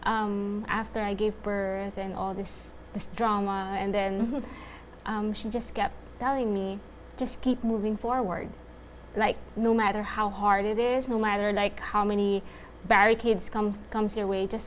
after i gave birth and all this drama and then she just kept telling me just keep moving forward no matter how hard it is no matter like how many barricades come comes your way